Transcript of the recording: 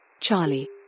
Charlie